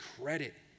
credit